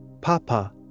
Papa